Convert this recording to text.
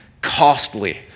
Costly